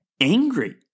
angry